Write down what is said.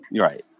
Right